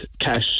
cash